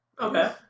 Okay